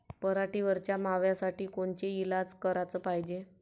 पराटीवरच्या माव्यासाठी कोनचे इलाज कराच पायजे?